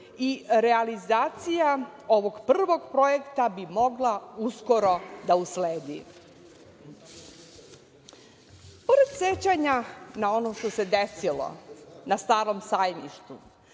i realizacija ovog prvog projekta bi mogla uskoro da usledi. Pored sećanja na ono što se desilo na Starom sajmištu,